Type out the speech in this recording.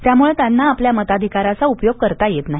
त्यामुळे त्यांना आपल्या मताधिकाराचा उपयोग करता येत नाही